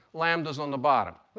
lambda is on the bottom.